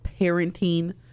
parenting